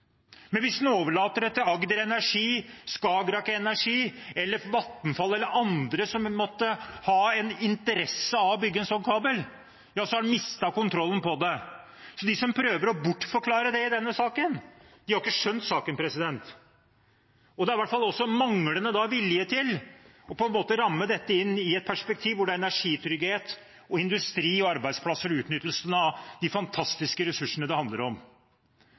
Men hvis en overlater det til Agder Energi, Skagerak Energi, Vattenfall eller andre som måtte ha en interesse av å bygge en sånn kabel, har en mistet kontrollen over det. De som prøver å bortforklare det i denne saken, har ikke skjønt saken. Det er også manglende vilje til å ramme dette inn i et perspektiv hvor det er energitrygghet, industri, arbeidsplasser og utnyttelse av de fantastiske ressursene det handler om